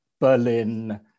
Berlin